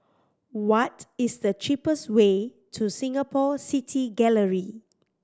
what is the cheapest way to Singapore City Gallery